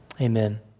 Amen